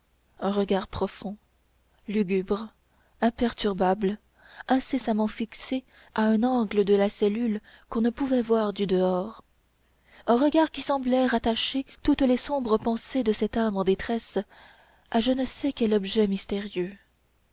un regard profond lugubre imperturbable incessamment fixé à un angle de la cellule qu'on ne pouvait voir du dehors un regard qui semblait rattacher toutes les sombres pensées de cette âme en détresse à je ne sais quel objet mystérieux